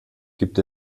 gibt